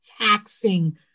taxing